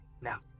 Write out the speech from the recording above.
Now